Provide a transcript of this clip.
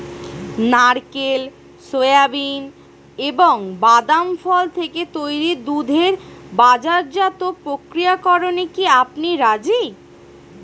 নারকেল, সোয়াবিন এবং বাদাম ফল থেকে তৈরি দুধের বাজারজাত প্রক্রিয়াকরণে কি আপনি রাজি?